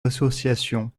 associations